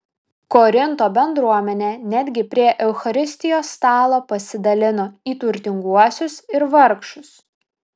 korinto bendruomenė netgi prie eucharistijos stalo pasidalino į turtinguosius ir vargšus